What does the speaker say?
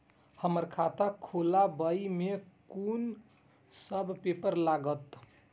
हमरा खाता खोलाबई में कुन सब पेपर लागत?